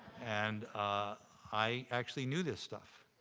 and i actually knew this stuff.